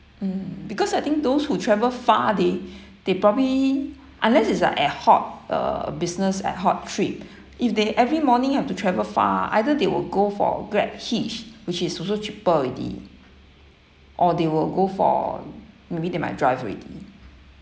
mm because I think those who travel far they they probably unless it's a ad hoc uh business ad hoc trip if they every morning have to travel far either they will go for grabhitch which is also cheaper already or they will go for maybe they might drive already